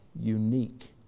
unique